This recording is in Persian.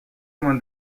مان